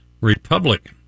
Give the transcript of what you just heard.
Republic